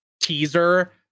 teaser